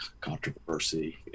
controversy